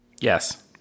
yes